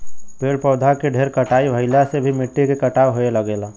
पेड़ पौधा के ढेर कटाई भइला से भी मिट्टी के कटाव होये लगेला